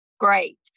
great